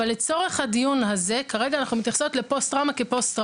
אבל לצורך הדיון הזה כרגע אנחנו מתייחסות לפוסט טראומה כפוסט טראומה.